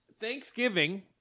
Thanksgiving